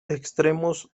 extremos